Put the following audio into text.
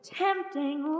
tempting